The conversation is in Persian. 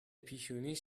پیشونیش